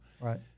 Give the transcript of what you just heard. Right